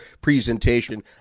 presentation